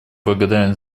благодарен